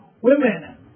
Women